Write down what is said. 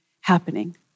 happening